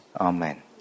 Amen